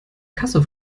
kasse